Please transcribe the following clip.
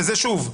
שוב,